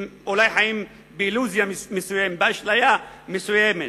הם אולי חיים באילוזיה מסוימת, באשליה מסוימת.